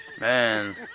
Man